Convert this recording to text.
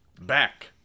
Back